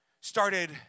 started